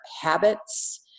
habits